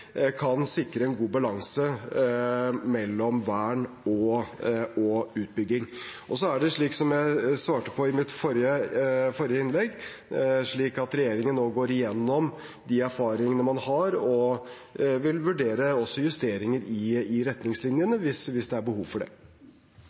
kan gjennom planverket sikre en god balanse mellom vern og utbygging. Så er det slik, som jeg svarte i mitt forrige innlegg, at regjeringen nå går gjennom de erfaringene man har, og også vil vurdere justeringer i retningslinjene